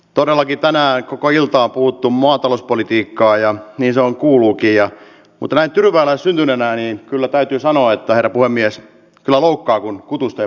todellakin tänään kokoilta uutta maatalouspolitiikkaa ja niin se on kulkija mutanen tyrväällä syntyneenä niin kyllä täytyy sanoa että he puuhamies laukaa kutustä